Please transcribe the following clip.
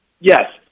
Yes